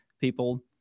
people